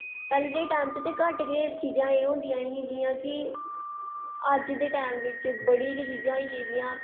पैह्लें दे टैम ते घट्ट गै एह् चीजां होंदियां हां जियां एह् अज्ज दे टैम बिच्च बड़ी गै चीजां होई गेदियां